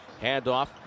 Handoff